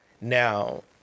Now